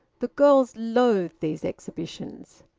the girls loathed these exhibitions.